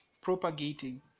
propagating